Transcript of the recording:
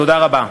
תודה רבה.